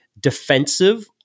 defensive